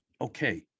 Okay